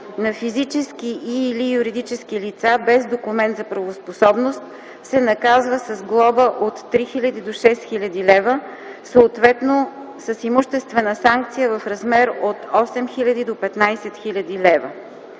на физически и/или юридически лица без документ за правоспособност, се наказва с глоба от 3000 до 6000 лв., съответно с имуществена санкция в размер от 8000 до 15 000 лв.